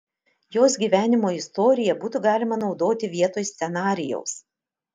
jos gyvenimo istoriją būtų galima naudoti vietoj scenarijaus